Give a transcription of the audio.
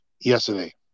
yesterday